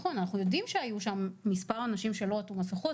אנחנו יודעים שהיו שם מספר אנשים שלא עטו מסכות,